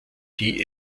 die